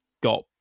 got